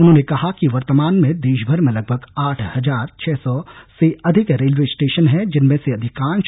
उन्होंने कहा कि वर्तमान में देशभर में लगभंग आठ हजार छः सौ से अधिक रेलवे स्टेशन हैं जिनमें से अधिकाँ